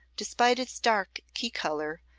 despite its dark key color,